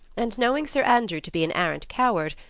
and knowing sir andrew to be an arrant coward,